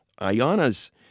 Ayana's